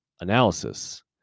analysis